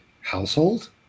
household